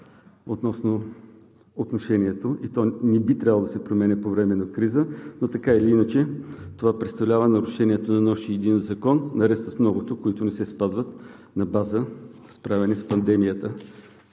относно отношението, и то не би трябвало да се променя по време на криза, но така или иначе, това представлява нарушение на още един закон, наред с многото, които не се спазват на база справяне с пандемията?